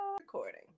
recording